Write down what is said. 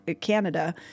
Canada